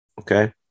okay